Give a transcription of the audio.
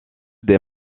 des